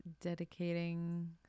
dedicating